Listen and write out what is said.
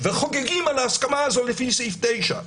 וחוגגים על ההסכמה הזו לפי סעיף 9,